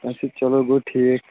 اچھا چلو گوٚو ٹھیٖک